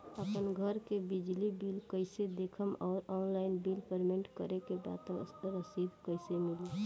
आपन घर के बिजली बिल कईसे देखम् और ऑनलाइन बिल पेमेंट करे के बाद रसीद कईसे मिली?